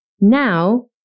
Now